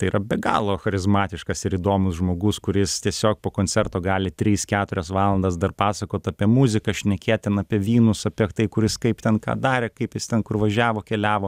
tai yra be galo charizmatiškas ir įdomus žmogus kuris tiesiog po koncerto gali tris keturias valandas dar pasakot apie muziką šnekėt ten apie vynus apie tai kuris kaip ten ką darė kaip jis ten kur važiavo keliavo